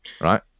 right